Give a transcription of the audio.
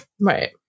Right